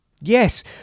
Yes